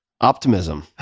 Optimism